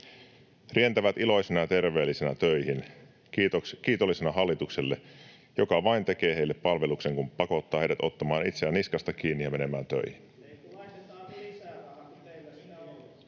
rientävät iloisina ja terveempinä töihin kiitollisena hallitukselle, joka vain tekee heille palveluksen, kun pakottaa heidät ottamaan itseään niskasta kiinni ja menemään töihin?